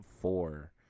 four